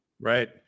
right